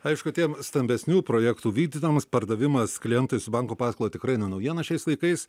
aišku tiem stambesnių projektų vykdytojams pardavimas klientui su banko paskola tikrai ne naujiena šiais laikais